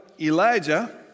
Elijah